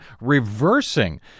reversing